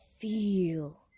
feel